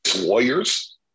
Warriors